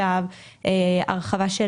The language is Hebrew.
נפרט על מספר תכניות מרכזיות שתוקצבו: הראשונה,